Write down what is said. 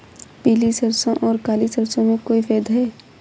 पीली सरसों और काली सरसों में कोई भेद है?